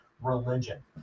religion